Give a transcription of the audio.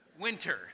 Winter